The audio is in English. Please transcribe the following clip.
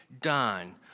done